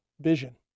vision